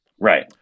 Right